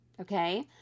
Okay